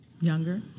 younger